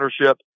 ownership